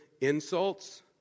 insults